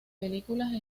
películas